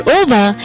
over